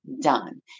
done